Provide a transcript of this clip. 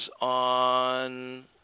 on